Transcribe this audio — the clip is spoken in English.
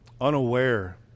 unaware